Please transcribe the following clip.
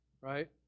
right